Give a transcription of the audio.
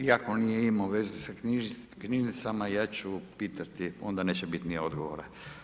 Iako nije imalo veze sa knjižnicama, ja ću pitati, onda neće biti ni odgovora.